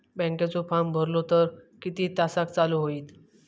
बँकेचो फार्म भरलो तर किती तासाक चालू होईत?